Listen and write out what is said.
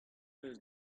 eus